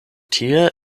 tie